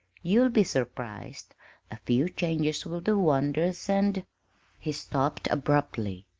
you'll be surprised a few changes will do wonders, and he stopped abruptly.